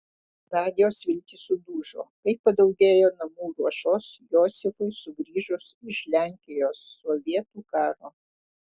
nadios viltys sudužo kai padaugėjo namų ruošos josifui sugrįžus iš lenkijos sovietų karo